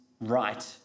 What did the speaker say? right